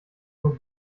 nur